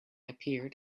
appeared